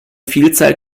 vielzahl